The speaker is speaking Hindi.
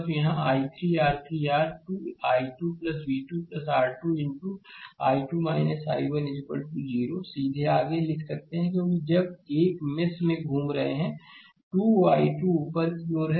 तो यहाँ I3 R3 R 2 I2 v 2 R 2 into I2 I1 0 सीधे आगे लिख सकते हैं क्योंकि जब एक मेष में घूम रहे हैं 2 I2 ऊपर की ओर है